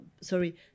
Sorry